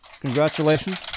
congratulations